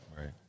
Right